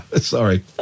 Sorry